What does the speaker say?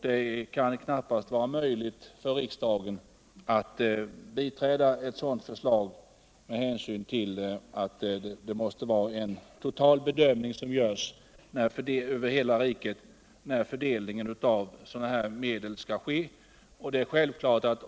Det kan knappast vara möjligt för riksdagen att biträda ett sådant förslag med hänsyn till att en total bedömning avseende hela riket bör göras, när fördelning av medlen skall ske.